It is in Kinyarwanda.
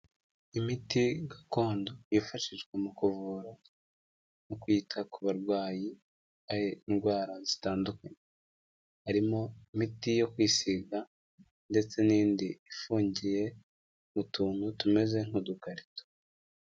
Imiti gakondo yifashishwa mu kuvura, mu kwita ku barwayi, ari indwara zitandukanye harimo; imiti yo kwisiga, ndetse n'indi ifungiye mu tuntu tumeze nk'udukarito.